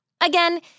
Again